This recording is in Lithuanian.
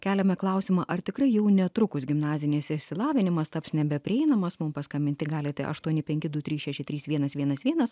keliame klausimą ar tikrai jau netrukus gimnazijose išsilavinimas taps nebeprieinamos mums paskambinti galite aštuoni penki du trys šeši trys vienas vienas vienas